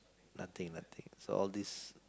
nothing nothing so all these